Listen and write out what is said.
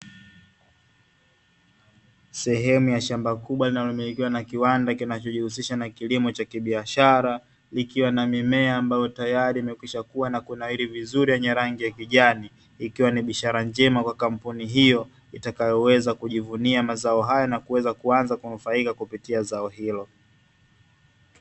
Sehemu ya shamba kubwa linalomilikiwa na kiwanda kinachojihusisha na kilimo cha kibiashara, ikiwa na mimea ambayo tayari imekwisha kuwa na kunawiri vizuri yenye rangi ya kijani. Ikiwa ni ishara njema kwa kampuni hiyo, itakayoweza kujivunia mazao haya na kuweza kuanza kunufaika kupitia zao hilo.